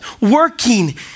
working